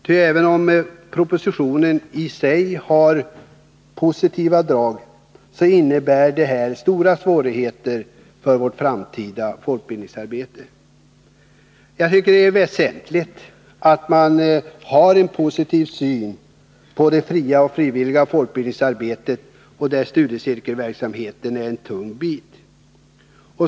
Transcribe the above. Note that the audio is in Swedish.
Ty även om propositionen i sig har positiva drag, så innebär det här stora svårigheter för vårt framtida folkbildningsarbete. Jag tycker att det är väsentligt att man har en positiv syn på det fria och frivilliga folkbildningsarbetet, där studiecirkelverksamheten är en tung bit.